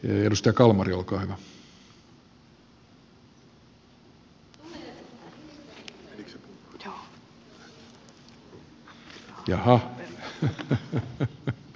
asia lähetetään liikenne ja viestintävaliokuntaan